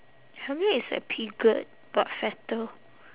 probably it's like piglet but fatter